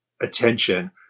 attention